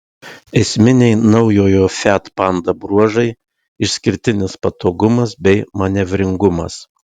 esminiai naujojo fiat panda bruožai išskirtinis patogumas bei manevringumas